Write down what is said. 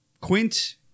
Quint